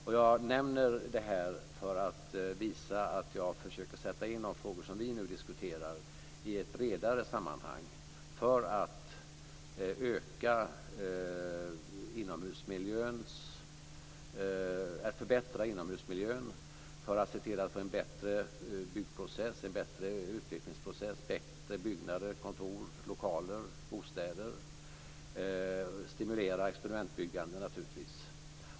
Och jag nämner det här för att visa att jag försöker sätta in de frågor som vi nu diskuterar i ett bredare sammanhang för att förbättra inomhusmiljön och för att se till att få en bättre byggprocess, en bättre utvecklingsprocess, bättre byggnader, kontor, lokaler och bostäder samt naturligtvis för att stimulera experimentbyggande.